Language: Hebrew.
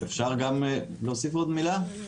האפשריים בראייה אקלימית.